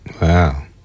Wow